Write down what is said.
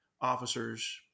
officers